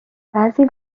بعضی